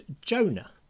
Jonah